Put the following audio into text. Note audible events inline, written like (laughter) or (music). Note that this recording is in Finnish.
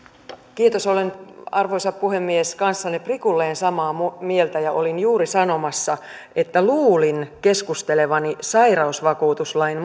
kiitos olen arvoisa puhemies kanssanne prikulleen samaa mieltä ja olin juuri sanomassa että luulin keskustelevani sairausvakuutuslain (unintelligible)